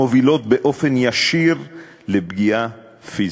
מובילות באופן ישיר לפגיעה פיזית.